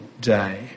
day